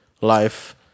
life